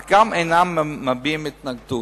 אך גם אינם מביעים התנגדות.